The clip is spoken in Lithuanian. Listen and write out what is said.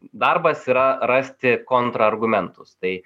darbas yra rasti kontrargumentus tai